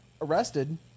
arrested